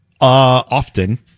often